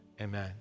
Amen